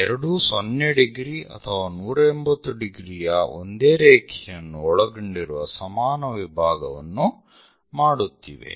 ಎರಡೂ 0 ° ಅಥವಾ 180 ° ಯ ಒಂದೇ ರೇಖೆಯನ್ನು ಒಳಗೊಂಡಿರುವ ಸಮಾನ ವಿಭಾಗವನ್ನು ಮಾಡುತ್ತಿವೆ